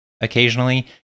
occasionally